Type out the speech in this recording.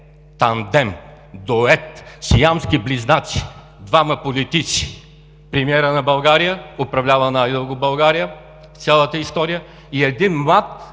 тандем, дует, сиамски близнаци, двама политици – премиерът на България, управлявал най-дълго България в цялата история, и един млад